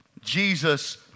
Jesus